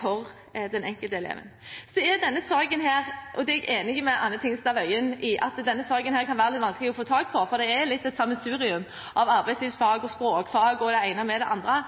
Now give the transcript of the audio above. for den enkelte elev. Så er jeg enig med Anne Tingelstad Wøien i at denne saken kan være litt vanskelig å få taket på, for det er et lite sammensurium – av arbeidslivsfag og språkfag og det ene med det andre.